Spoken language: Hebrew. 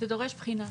דורש בחינה.